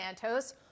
Santos